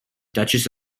duchess